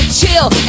chill